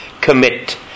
commit